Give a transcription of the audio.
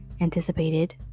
anticipated